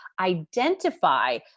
identify